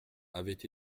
avait